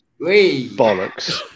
Bollocks